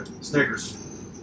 Snickers